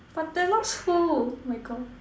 but Thanos who oh my God